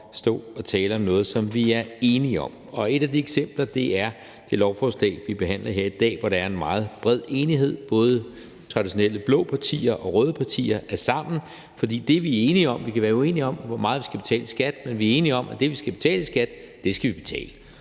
stå og tale om noget, som vi er enige om. Et af de eksempler er det lovforslag, vi behandler her i dag, som der er en meget bred enighed om. Både traditionelle blå partier og røde partier er sammen, for det er vi enige om. Vi kan være uenige om, hvor meget vi skal betale i skat, men vi er enige om, at det, vi skal betale i skat, skal vi betale.